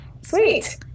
Sweet